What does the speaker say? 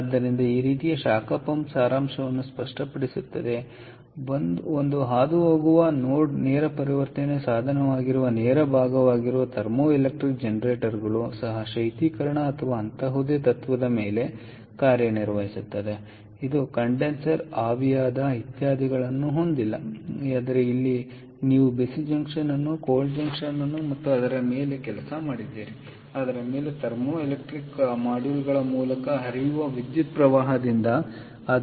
ಆದ್ದರಿಂದ ಈ ರೀತಿಯ ಶಾಖ ಪಂಪ್ ಸಾರಾಂಶವನ್ನು ಸ್ಪಷ್ಟಪಡಿಸುತ್ತದೆ ಒಂದು ಹಾದುಹೋಗುವ ನೇರ ಪರಿವರ್ತನೆಯ ಸಾಧನವಾಗಿರುವ ನೇರ ಭಾಗವಾಗಿರುವ ಥರ್ಮೋಎಲೆಕ್ಟ್ರಿಕ್ ಜನರೇಟರ್ಗಳು ಸಹ ಶೈತ್ಯೀಕರಣ ಅಥವಾ ಅಂತಹುದೇ ತತ್ತ್ವದ ಮೇಲೆ ಕಾರ್ಯನಿರ್ವಹಿಸುತ್ತವೆ ಇದು ಕಂಡೆನ್ಸರ್ ಆವಿಯಾದ ಇತ್ಯಾದಿಗಳನ್ನು ಹೊಂದಿಲ್ಲ ಆದರೆ ಅಲ್ಲಿ ನೀವು ಬಿಸಿ ಜಂಕ್ಷನ್ ಅನ್ನು ಕೋಲ್ಡ್ ಜಂಕ್ಷನ್ ಮತ್ತು ಅದರ ಮೇಲೆ ಕೆಲಸ ಮಾಡಿದ್ದೀರಿ ಅದರ ಮೇಲೆ ಥರ್ಮೋಎಲೆಕ್ಟ್ರಿಕ್ ಮಾಡ್ಯೂಲ್ಗಳ ಮೂಲಕ ಹರಿಯುವ ವಿದ್ಯುತ್ ಪ್ರವಾಹದಿಂದಾಗಿ